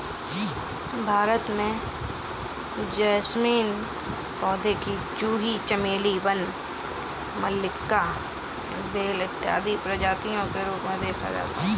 भारत में जैस्मीन के पौधे को जूही चमेली वन मल्लिका बेला इत्यादि प्रजातियों के रूप में देखा जाता है